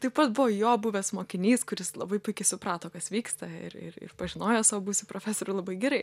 taip pat buvo jo buvęs mokinys kuris labai puikiai suprato kas vyksta ir ir ir pažinojo savo buvusį profesorių labai gerai